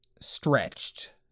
stretched